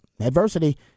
Adversity